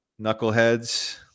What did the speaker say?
knuckleheads